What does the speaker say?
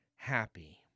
Happy